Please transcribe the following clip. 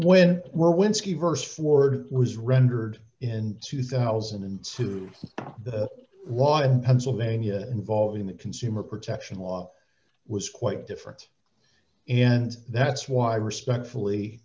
when we're when ski verse ford was rendered in two thousand and two the law in pennsylvania involving the consumer protection law was quite different in that's why respectfully